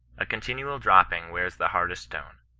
a continual dropping wears the hardest stone.